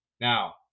Now